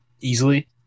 easily